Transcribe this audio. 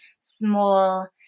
small